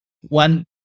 one